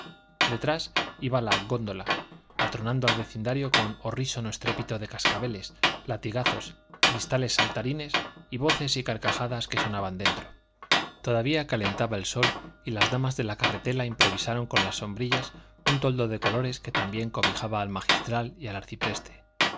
detrás iba la góndola atronando al vecindario con horrísono estrépito de cascabeles latigazos cristales saltarines y voces y carcajadas que sonaban dentro todavía calentaba el sol y las damas de la carretela improvisaron con las sombrillas un toldo de colores que también cobijaba al magistral y al